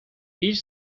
each